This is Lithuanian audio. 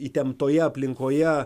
įtemptoje aplinkoje